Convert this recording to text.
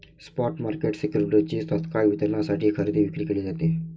spot market सिक्युरिटीजची तत्काळ वितरणासाठी खरेदी विक्री केली जाते